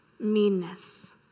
meanness